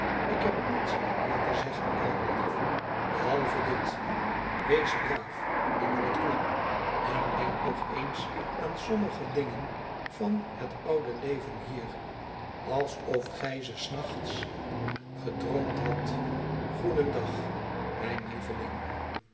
ik heb niets meer te zeggen karel lief behalve dit wees braaf en word knap en denk nog eens aan sommige dmgen van het oude leven hier alsof gij ze s nachts gedroomd hadt goedendag mijn lieveling